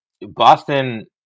Boston